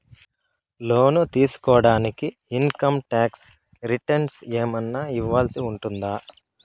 లోను తీసుకోడానికి income tax returns ఏమన్నా ఇవ్వాల్సి ఉంటుందా